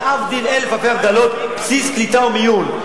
להבדיל אלף אלפי הבדלות: בסיס קליטה ומיון.